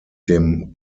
dem